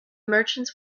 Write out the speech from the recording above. merchants